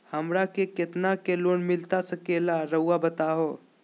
हमरा के कितना के लोन मिलता सके ला रायुआ बताहो?